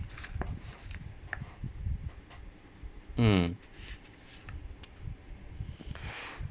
mm